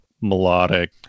melodic